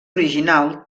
original